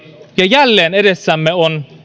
ja jälleen edessämme on